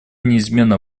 неизменно